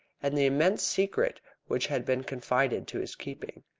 and the immense secret which had been confided to his keeping.